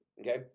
Okay